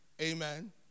Amen